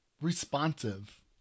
responsive